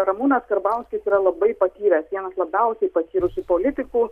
ramūnas karbauskis yra labai patyręs vienas labiausiai patyrusių politikų